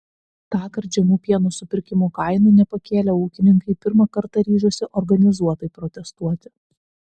tąkart žemų pieno supirkimo kainų nepakėlę ūkininkai pirmą kartą ryžosi organizuotai protestuoti